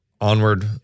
Onward